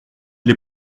les